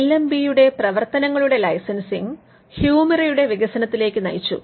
L M ബിയുടെ പ്രവർത്തനങ്ങളുടെ licensing ഹ്യൂമിറയുടെ വികസനത്തിലേക്ക് നയിച്ചു